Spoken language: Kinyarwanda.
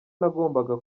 nagombaga